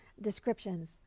descriptions